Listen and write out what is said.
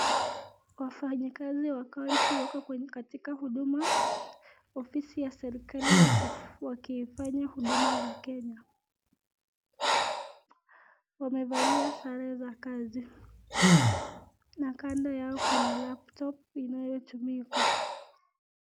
Wafanya kazi wa county wako katika huduma. Ofisi ya serikali wakifanya huduma za Kenya. Wamevalia sare za kazi na kando yao kuna laptop inayotumika.